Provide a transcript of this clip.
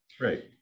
Right